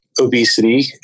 obesity